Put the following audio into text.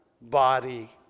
body